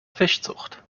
fischzucht